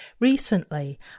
Recently